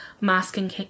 masking